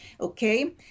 okay